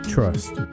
Trust